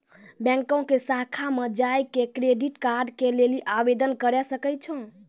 बैंको के शाखा मे जाय के क्रेडिट कार्ड के लेली आवेदन करे सकै छो